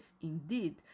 indeed